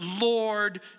Lord